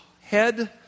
head